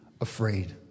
afraid